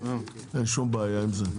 אין שום בעיה עם זה.